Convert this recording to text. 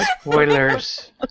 spoilers